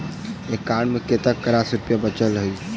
account मे कतेक रास रुपया बचल एई